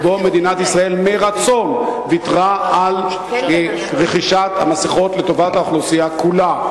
שמדינת ישראל מרצון ויתרה על רכישת המסכות לטובת האוכלוסייה כולה.